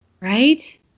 Right